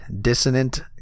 dissonant